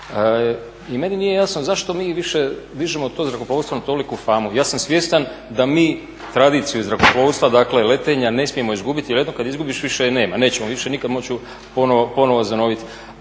I meni nije jasno zašto mi više dižemo to zrakoplovstvo na toliku famu. Ja sam svjestan da mi tradiciju zrakoplovstva, dakle letenja ne smijemo izgubiti jer jednom kada izgubiš više je nema nećemo više nikada moći ponovo zanoviti.